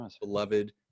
beloved